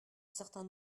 certain